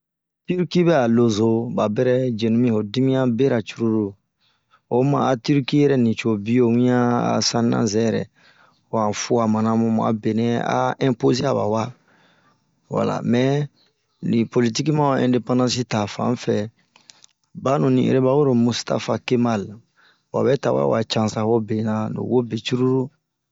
Cirki bɛɛ a loozo ba bɛrɛ yenu mi ho dimiɲan bera cururu, oyi ma a cirki nicobio ɲiann a'a sankan zɛrɛ, mua fuoa manabun ,muabenɛ a ɛmpozia ba wa, wala mɛɛ, li poliyiki ma ɛndepansi tafanfɛ. Banu ni'ere aba lo Mustafa Kemal, wabɛ tawɛ a cansan hobena lo wobe cururu.